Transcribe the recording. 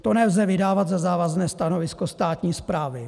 To nelze vydávat za závazné stanovisko státní správy.